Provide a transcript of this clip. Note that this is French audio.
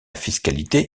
fiscalité